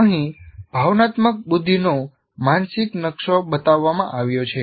અહીં ભાવનાત્મક બુદ્ધિનો માનસિક નકશો બતાવવામાં આવ્યો છે